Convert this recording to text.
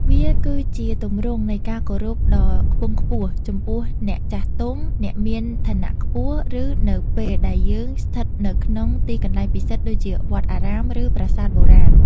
វាគឺជាទម្រង់នៃការគោរពដ៏ខ្ពង់ខ្ពស់ចំពោះអ្នកចាស់ទុំ អ្នកមានឋានៈខ្ពស់ ឬនៅពេលដែលយើងស្ថិតនៅក្នុងទីកន្លែងពិសិដ្ឋដូចជាវត្តអារាម ឬប្រាសាទបុរាណ។